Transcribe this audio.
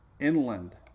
inland